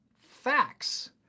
Facts